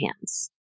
hands